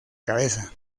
cabeza